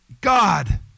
God